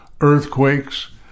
earthquakes